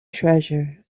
treasure